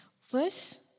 First